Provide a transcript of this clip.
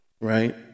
right